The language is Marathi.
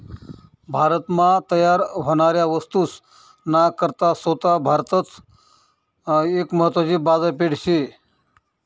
भारत मा तयार व्हनाऱ्या वस्तूस ना करता सोता भारतच एक महत्वानी बाजारपेठ शे